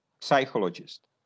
psychologist